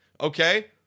Okay